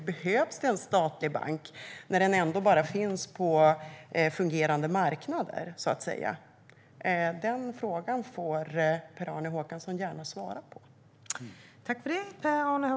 Behövs det en statlig bank när den ändå bara finns på fungerande marknader? Den frågan får Per-Arne Håkansson gärna svara på.